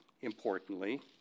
importantly